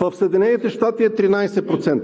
В Съединените щати е 13%.